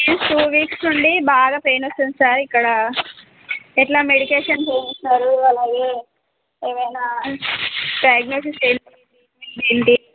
two weeks నుండి బాగా pain వస్తుంది సార్ ఇక్కడ ఇట్లా మెడికేషన్ హోమ్ ఉన్నారు వాళ్ళవి ఏమైనా డయాగ్నోసిస్ చేయండి ట్రీట్మెంట్ చేయండి